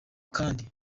kandi